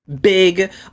big